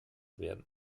werden